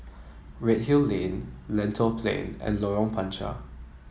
Redhill Lane Lentor Plain and Lorong Panchar